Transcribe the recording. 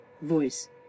Voice